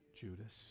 Judas